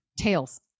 tails